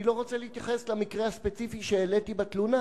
אני לא רוצה להתייחס למקרה הספציפי שהעליתי בתלונה,